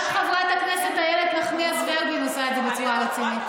גם חברת הכנסת איילת נחמיאס ורבין עושה את זה בצורה רצינית.